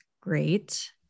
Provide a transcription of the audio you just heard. great